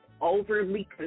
overly